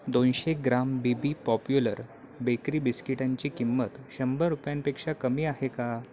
दोनशे ग्राम B B popular bakery बिस्किटांची किंमत शंभर रुपयांपेक्षा कमी आहे का